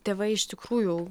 tėvai iš tikrųjų